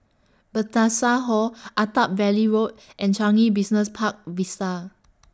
Hall Attap Valley Road and Changi Business Park Vista